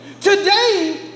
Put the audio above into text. Today